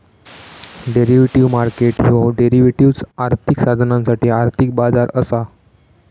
derivative market ह्यो derivatives, आर्थिक साधनांसाठी आर्थिक बाजार असा